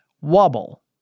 wobble